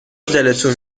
دلتون